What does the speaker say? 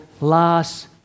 last